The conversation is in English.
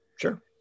sure